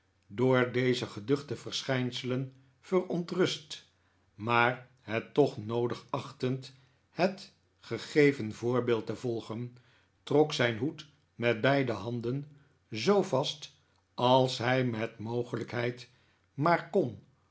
door deze geduchte verschijnselen verontrust maar het toch noodig achtend het gegeven voorbeeld te volgen trok zijn hoed met beide handen zoo vast als hij met mogelijkheid maar kon